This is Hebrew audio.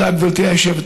תודה, גברתי היושבת-ראש.